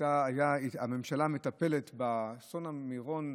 הממשלה מטפלת באסון מירון,